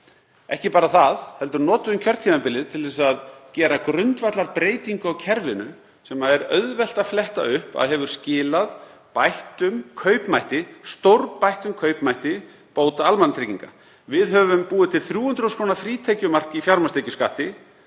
Ekki bara það heldur notuðum við kjörtímabilið til að gera grundvallarbreytingu á kerfinu sem er auðvelt að fletta upp að hefur skilað bættum, stórbættum, kaupmætti bóta almannatrygginga. Við höfum búið til 300.000 kr. frítekjumark í fjármagnstekjuskatti